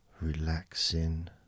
relaxing